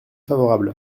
favorable